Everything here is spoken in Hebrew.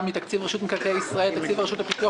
מתקציב רשות מקרקעי ישראל לתקציבי רשות הפיתוח